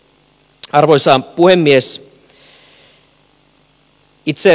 arvoisa puhemies